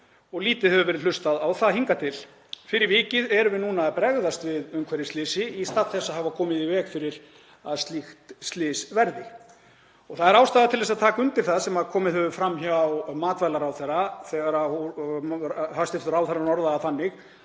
Lítið hefur verið hlustað á það hingað til. Fyrir vikið erum við núna að bregðast við umhverfisslysi í stað þess að hafa komið í veg fyrir að slíkt slys yrði. Það er ástæða til að taka undir það sem komið hefur fram hjá matvælaráðherra þegar hæstv. ráðherra orðar það þannig